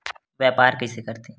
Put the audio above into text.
व्यापार कइसे करथे?